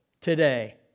today